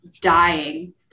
dying